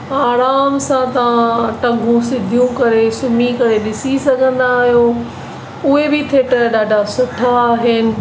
आराम सां तां टंगू सिधियूं करे सुम्ही करे ॾिसी सघंदा आहियो उहे बि थिएटर ॾाढा सुठा आहिनि